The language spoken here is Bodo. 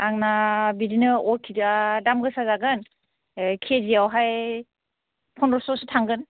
आंना बिदिनो अटिटआ दाम गोसा जागोन केजियावहाय पन्द्र'स' सो थांगोन